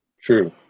True